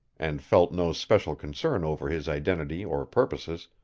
and felt no special concern over his identity or purposes,